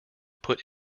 put